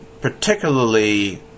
particularly